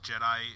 Jedi